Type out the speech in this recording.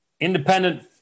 independent